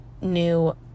new